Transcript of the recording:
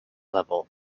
level